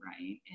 right